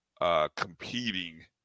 competing